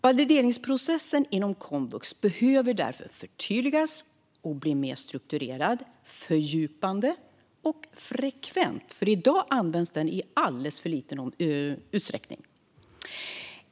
Valideringsprocessen inom komvux behöver därför förtydligas och bli mer strukturerad, fördjupad och frekvent, för i dag används den i alldeles för liten utsträckning.